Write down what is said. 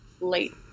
late